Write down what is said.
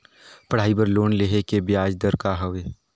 पढ़ाई बर लोन लेहे के ब्याज दर का हवे?